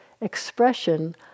expression